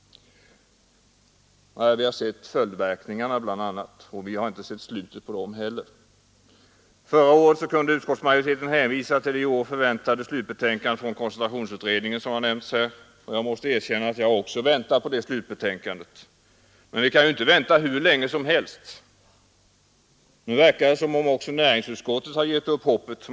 Vi har sett följdverkningarna, men vi har inte sett slutet på dem heller. Förra året kunde utskottsmajoriteten hänvisa till det i år förväntade slutbetänkandet från koncentrationsutredningen. Jag måste erkänna att jag också väntar på det, men vi kan ju inte vänta hur länge som helst. Nu verkar det som om också näringsutskottet givit upp hoppet.